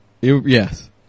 Yes